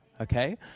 okay